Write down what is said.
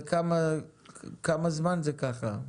וכמה זמן זה ככה?